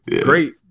great